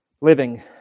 living